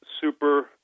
super